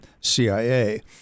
CIA